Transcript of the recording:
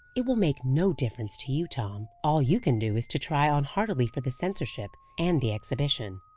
it will make no difference to you, tom all you can do, is to try on heartily for the seniorship and the exhibition.